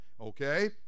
okay